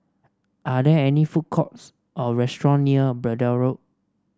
are there food courts or restaurants near Braddell Road